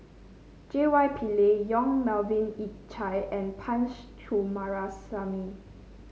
J Y Pillay Yong Melvin Yik Chye and Punch Coomaraswamy